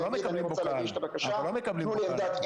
גם את הסבסוד לחצי חודש לא העבירו במלואו ויש